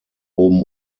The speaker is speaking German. oben